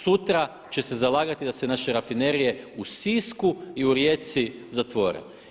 Sutra će se zalagati da se naše Rafinerije u Sisku i u Rijeci zatvore.